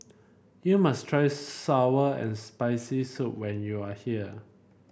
you must try sour and Spicy Soup when you are here